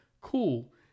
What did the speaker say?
Cool